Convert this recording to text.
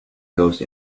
coast